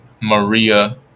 Maria